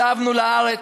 שבנו לארץ,